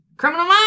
Criminal